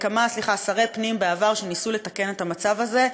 כמה שרי פנים בעבר שניסו לתקן את המצב הזה,